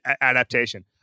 adaptation